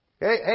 Hey